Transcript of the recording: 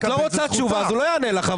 את לא רוצה תשובה אז הוא לא יענה לך.